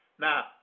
Now